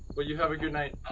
well you have a good night.